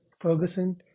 Ferguson